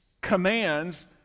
commands